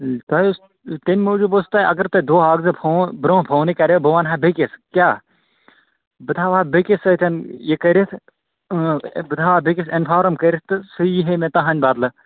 اَے تۄہہِ اوسہٕ تَمہِ موٗجوٗب اوس تۄہہِ اَگر تۄہہِ اَکھ زٕ فون برٛونٛہہ فونُے کَریو بہٕ وَنہٕ ہا بیٚیِس کیٛاہ بہٕ تھاوہا بیٚیِس سۭتۍ یہِ کٔرِتھ بہٕ تھاوہا بیٚیِس اِنفارَم کٔرِتھ تہٕ سُہ یہَے مےٚ تُہٕنٛدِ بَدلہٕ